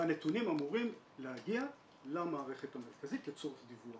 והנתונים אמורים להגיע למערכת המרכזית לצורך דיווח.